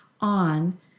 on